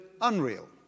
unreal